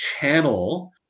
channel